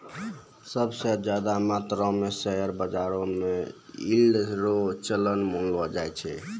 सब स ज्यादा मात्रो म शेयर बाजारो म यील्ड रो चलन मानलो जाय छै